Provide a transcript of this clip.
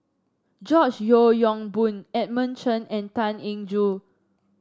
George Yeo Yong Boon Edmund Chen and Tan Eng Joo